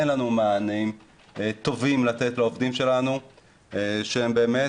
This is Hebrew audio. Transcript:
אין לנו מענים טובים לתת לעובדים שלנו שהם באמת,